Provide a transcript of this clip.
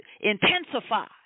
intensify